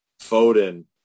Foden